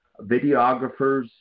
videographers